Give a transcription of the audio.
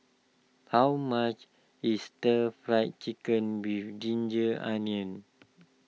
how much is Stir Fry Chicken with Ginger Onions